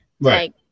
Right